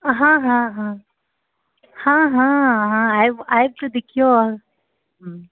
अहाँ हँ हँ हँ हँ हँ अहाँ आबि आबि कऽ देखिऔ हूँ